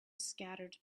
scattered